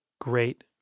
great